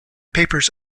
papers